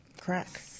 crack